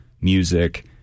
Music